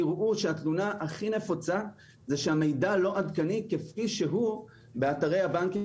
יראו שהתמונה הכי נפוצה היא שהמידע לא עדכני כפי שהוא באתרי הבנקים